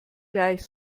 gleich